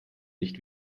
nicht